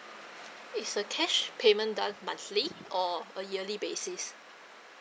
it's uh cash payment done monthly or uh yearly basis